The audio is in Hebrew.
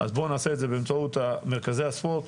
אז בואו נעשה את זה באמצעות מרכזי הספורט,